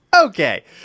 Okay